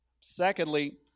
Secondly